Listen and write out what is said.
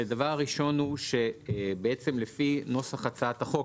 לפי נוסח הצעת החוק,